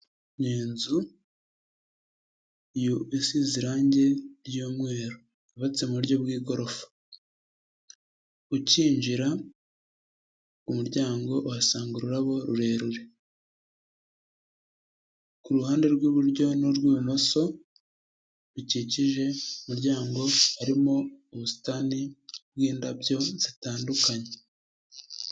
Ni inzu isize irangi ry'umweru yubatse mu buryo bw'igorofa, ukinjira ku muryango uhasanga ururabo rurerure, ku ruhande rw'iburyo n'urw'ibumoso rukikije umuryango, harimo ubusitani bw'indabyo zitandukanye.